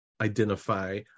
identify